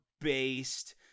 based